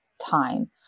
time